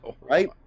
right